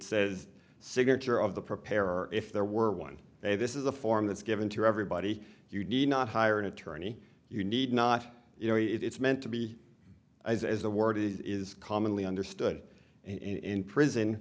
says signature of the preparer if there were one they this is a form that's given to everybody you need not hire an attorney you need not you know it's meant to be is as the word is commonly understood in prison